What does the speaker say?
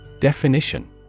Definition